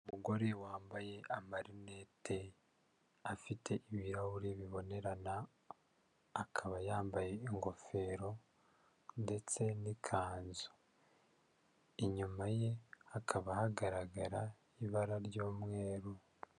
Umugore wambaye amarinete afite ibirahure bibonerana, akaba yambaye ingofero ndetse n'ikanzu, inyuma ye hakaba hagaragara ibara ry'umweru.